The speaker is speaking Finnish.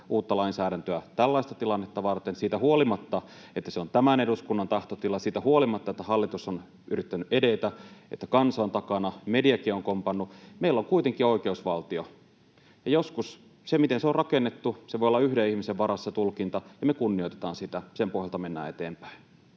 uutta lainsäädäntöä tällaista tilannetta varten, siitä huolimatta, että se on tämän eduskunnan tahtotila, siitä huolimatta, että hallitus on yrittänyt edetä ja että kansan takana mediakin on kompannut, niin meillä on kuitenkin oikeusvaltio, ja joskus se, miten se on rakennettu, voi olla yhden ihmisen varassa se tulkinta. Me kunnioitetaan sitä ja sen pohjalta mennään eteenpäin,